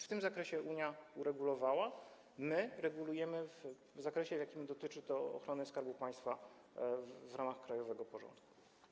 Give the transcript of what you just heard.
W tym zakresie Unia to uregulowała, a my regulujemy w zakresie, w jakim dotyczy to ochrony Skarbu Państwa w ramach krajowego porządku.